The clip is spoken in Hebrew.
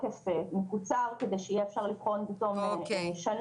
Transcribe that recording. לתוקף מקוצר כדי שיהיה אפשר לבחון בתום שנה